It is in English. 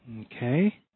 Okay